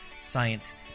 science